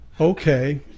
Okay